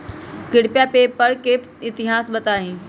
कृपया पेपर के इतिहास बताहीं